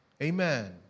Amen